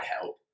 help